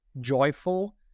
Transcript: joyful